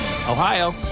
Ohio